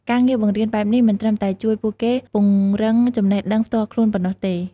ការងារបង្រៀនបែបនេះមិនត្រឹមតែជួយពួកគេពង្រឹងចំណេះដឹងផ្ទាល់ខ្លួនប៉ុណ្ណោះទេ។